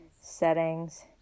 Settings